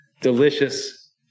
delicious